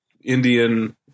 Indian